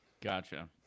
gotcha